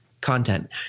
content